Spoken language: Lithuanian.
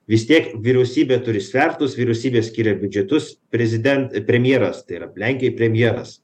vis tiek vyriausybė turi svertus vyriausybė skiria biudžetus preziden premjeras tai yra lenkijoj premjeras